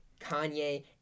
Kanye